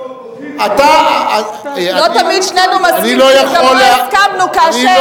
אבל שנינו באופוזיציה.